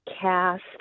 cast